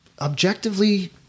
objectively